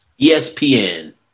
ESPN